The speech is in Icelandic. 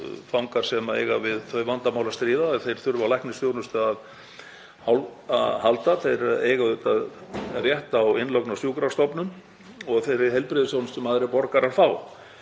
fangar sem eiga við þau vandamál að stríða að þeir þurfa á læknisþjónustu að halda. Þeir eiga auðvitað rétt á innlögn á sjúkrastofnun og þeirri heilbrigðisþjónustu sem aðrir borgarar fá.